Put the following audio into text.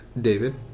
David